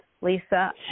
lisa